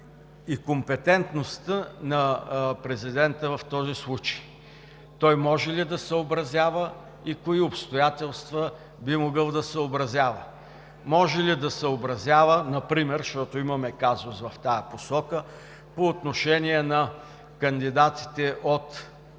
и компетентността на президента в този случай – той може ли да съобразява, кои обстоятелства би могъл да съобразява? Може ли да съобразява, например, защото имаме казус в тази посока, по отношение на кандидатите от